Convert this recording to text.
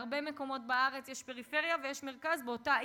בהרבה מקומות בארץ יש פריפריה ויש מרכז באותה עיר,